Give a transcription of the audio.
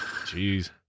Jeez